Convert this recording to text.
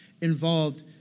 involved